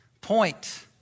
point